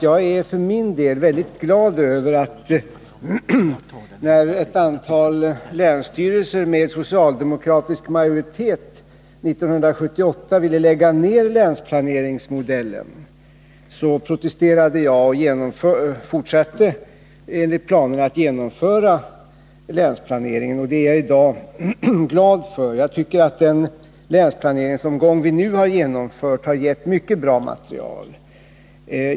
Jag vill då säga att när ett antal länsstyrelser med socialdemokratisk majoritet 1978 ville lägga ner länsplaneringsmodellen, så protesterade jag och fortsatte att genomföra länsplaneringen enligt planerna. Det är jag i dag glad för. Den länsplaneringsomgång vi nu har genomfört har enligt min mening givit mycket bra material.